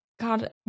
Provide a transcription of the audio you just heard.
God